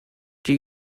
die